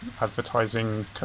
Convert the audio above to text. advertising